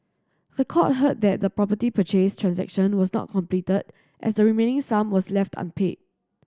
the court heard that the property purchase transaction was not completed as the remaining sum was left unpaid